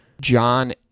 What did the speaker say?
John